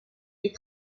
des